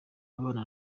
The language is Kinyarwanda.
abana